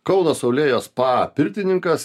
kauno saulėjos spa pirtininkas